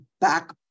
back